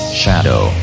shadow